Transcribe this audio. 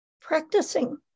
practicing